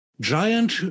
giant